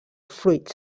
fruits